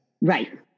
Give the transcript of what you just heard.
Right